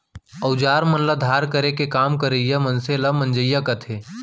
अउजार मन ल धार करे के काम करइया मनसे ल मंजइया कथें